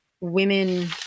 women